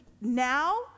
now